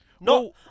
No